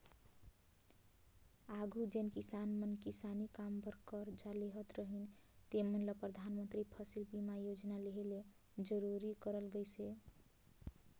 आघु जेन किसान मन किसानी काम बर करजा लेहत रहिन तेमन ल परधानमंतरी फसिल बीमा योजना लेहे ले जरूरी करल गइस अहे